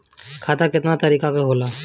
खाता केतना तरीका के होला?